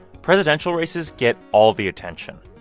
presidential races get all the attention.